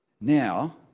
Now